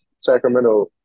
Sacramento